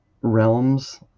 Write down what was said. realms